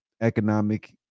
economic